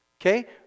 Okay